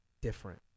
different